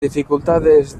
dificultades